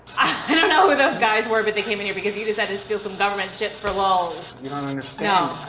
i don't know who those guys were, but they came in here because you decided to steal some government shit for lulz. you don't understand.